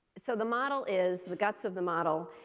so the model is the guts of the model.